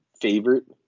favorite